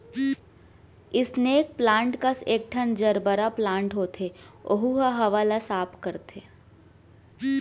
snake plant कस एकठन gerbera plant होथे ओहू ह हवा ल साफ करथे